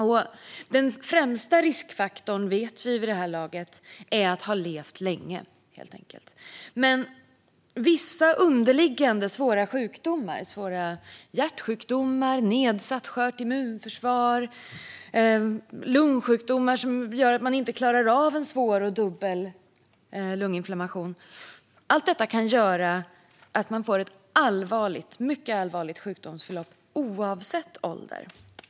Vid det här laget vet vi att den främsta riskfaktorn är att ha levt länge. Men vissa underliggande svåra sjukdomar - svåra hjärtsjukdomar, nedsatt immunförsvar, lungsjukdomar som gör att man inte klarar av en svår och dubbel lunginflammation - kan göra att man får ett mycket allvarligt sjukdomsförlopp oavsett ålder.